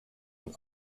von